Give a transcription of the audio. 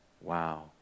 wow